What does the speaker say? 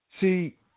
See